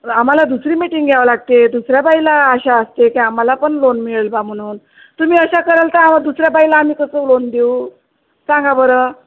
आम्हाला दुसरी मीटिंग घ्यावं लागते दुसऱ्या बाईला आशा असते की आम्हाला पण लोन मिळेल बा म्हणून तुम्ही अशा कराल तर आ दुसऱ्या बाईला आम्ही कसं लोन देऊ सांगा बरं